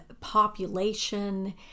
population